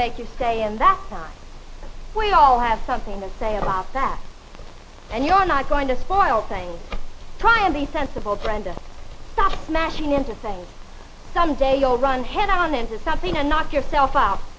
make you stay in that we all have something to say about that and you're not going to spoil things trying to be sensible brenda mashing into someday you'll run head on into something or knock yourself